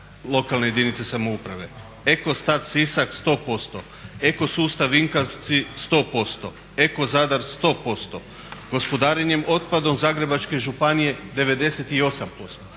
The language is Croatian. lokalne jedinice samouprave. Eco star Sisak 100%, Eco sustav Vinkovci 100% Eko-Zadar 100%, gospodarenje otpadom Zagrebačke županije 98%.